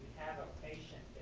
have a patient